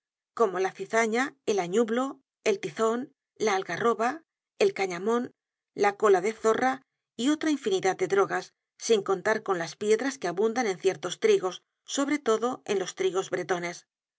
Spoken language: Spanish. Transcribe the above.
como la cizaña el añublo el tizon la algarroba el cañamon la cola de zorra y otra infinidad de drogas sin contar con las piedras que abundan en ciertos trigos sobre todo en los trigos bretones